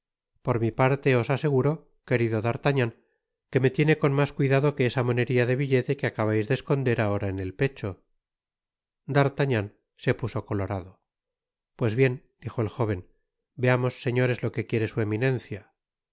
por mi parte os aseguro querido d'artagnan que me tiene con mas cuidado que esa monería de billete que acabais de esconder ahora en el pecho d'artagnan se puso colorado pues bien dijo el jóven veamos señores lo que quiere su eminencia